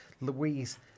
Louise